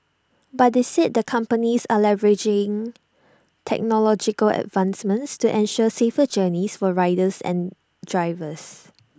but they said the companies are leveraging technological advancements to ensure safer journeys for riders and drivers